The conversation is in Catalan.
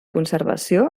conservació